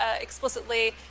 explicitly